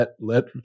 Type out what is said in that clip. let